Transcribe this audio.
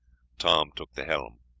tom took the helm.